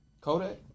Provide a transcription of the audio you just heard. kodak